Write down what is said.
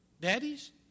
Daddies